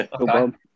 Okay